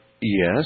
Yes